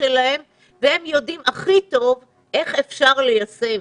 שלהם והם יודעים הכי טוב אך אפשר ליישם.